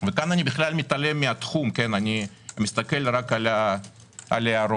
- וכאן אני מתעלם מהתחום מסתכל רק על ההערות